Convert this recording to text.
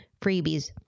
freebies